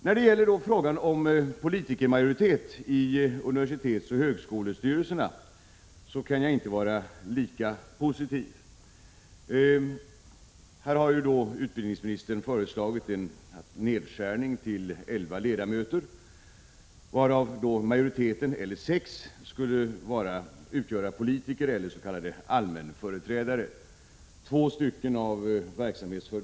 När det gäller frågan om politikermajoritet i universitetsoch högskolestyrelserna, kan jag inte vara lika positiv. Utbildningsministern har föreslagit en nedskärning till elva ledamöter, varav majoriteten, sex ledamöter, skulle utgöras av politiker eller s.k. allmänföreträdare.